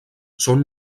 són